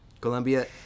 Colombia